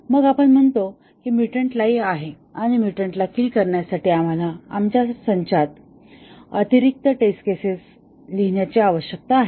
मग आपण म्हणतो की म्युटंट लाईव्ह आहे आणि म्युटंटला किल करण्यासाठी आम्हाला आमच्या टेस्ट संचात अतिरिक्त टेस्ट केसेस जोडण्याची आवश्यकता आहे